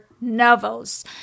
novels